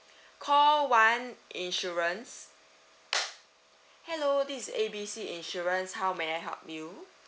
call one insurance hello this A B C insurance how may I help you